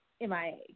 MIA